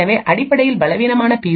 எனவே அடிப்படையில் பலவீனமான பி